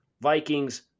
vikings